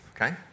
okay